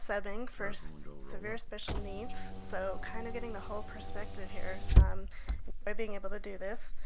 subbing first severe special needs, so kind of getting the whole perspective here by being able to do this.